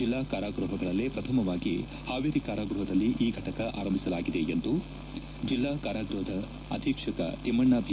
ಜಿಲ್ಲಾ ಕಾರಾಗೃಹಗಳಲ್ಲೇ ಪ್ರಥಮವಾಗಿ ಹಾವೇರಿ ಕಾರಾಗೃಹದಲ್ಲಿ ಈ ಘಟಕ ಆರಂಭಿಸಲಾಗಿದೆ ಎಂದು ಜಿಲ್ಲಾ ಕಾರಾಗೃಹದ ಅಧೀಕ್ಷಕ ತಿಮ್ಮಣ್ಣ ಭೀ